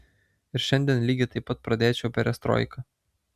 ir šiandien lygiai taip pat pradėčiau perestroiką